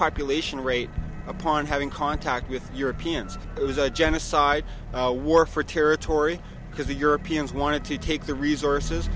depopulation rate upon having contact with europeans it was a genocide war for territory because the europeans wanted to take the resources